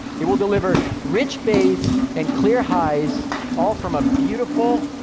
it will deliver rich bass and clear highs all from a beautiful,